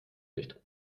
nicht